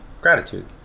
Gratitude